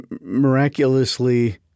miraculously –